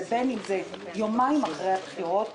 בין אם זה יומיים אחרי הבחירות,